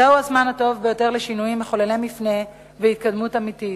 זה הזמן הטוב ביותר לשינויים מחוללי מפנה והתקדמות אמיתית.